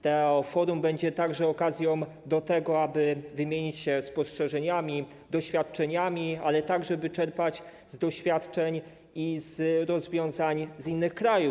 To forum będzie także okazją do tego, aby wymienić się spostrzeżeniami, doświadczeniami, a także by czerpać z doświadczeń i z rozwiązań innych krajów.